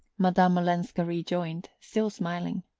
madame olenska rejoined, still smiling,